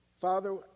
Father